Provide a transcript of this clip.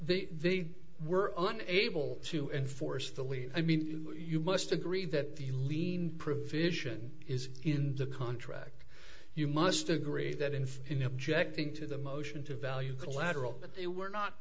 they were unable to enforce the leave i mean you must agree that the lien provision is in the contract you must agree that in in objecting to the motion to value collateral that they were not